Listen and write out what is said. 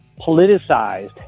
politicized